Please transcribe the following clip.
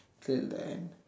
till the end